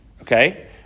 Okay